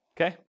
okay